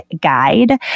guide